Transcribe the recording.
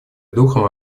духом